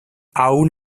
aun